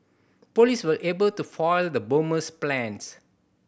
police were able to foil the bomber's plans